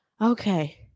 Okay